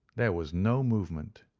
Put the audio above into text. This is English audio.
there was no movement.